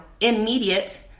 immediate